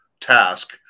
task